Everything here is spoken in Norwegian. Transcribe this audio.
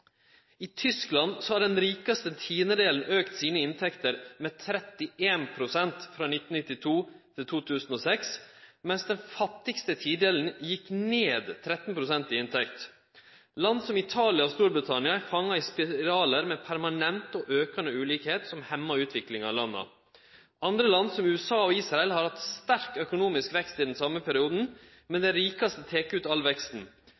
I Tyskland har den rikaste tidelen auka sine inntekter med 31 pst. frå 1992 til 2006, mens den fattigaste tidelen gjekk ned 13 pst. i inntekt. Land som Italia og Storbritannia er fanga i spiralar med permanent og aukande ulikskap som hemmar utviklinga i landa. Andre land, som USA og Israel, har hatt sterk økonomisk vekst i den same perioden, men dei rikaste tek ut all veksten.